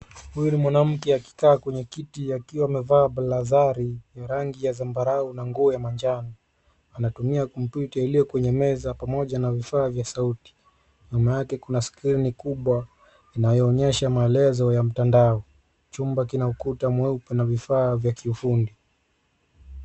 Huyu ni mwanamke akikaa kwenye kiti akiwa amevaa blazari, ya rangi ya zambarau na nguo ya manjano. Anatumia kompyuta iliyo kwenye meza pamoja na vifaa vya sauti. Nyuma yake kuna skrini kubwa inayoonyesha maelezo ya mtandao. Chumba kina ukuta mweupe na vifaa vya kiufundi.